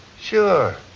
Sure